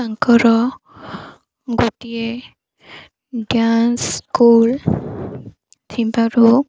ତାଙ୍କର ଗୋଟିଏ dance school ଥିବାରୁ